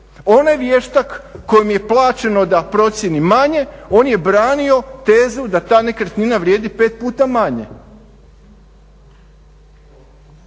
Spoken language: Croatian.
Onaj vještak kojem je plaćeno da procijeni manje on je branio tezu da ta nekretnina vrijedi pet puta manje.